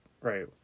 right